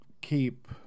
keep